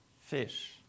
fish